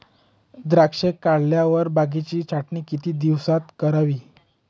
द्राक्षे काढल्यावर बागेची छाटणी किती दिवसात करावी?